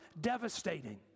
devastating